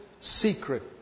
secret